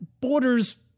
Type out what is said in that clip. borders